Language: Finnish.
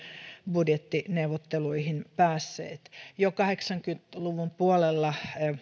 budjettineuvotteluihin päässeet jo kahdeksankymmentä luvun puolella tehtiin